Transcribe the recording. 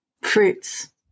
Fruits